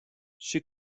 she